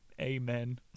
amen